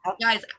guys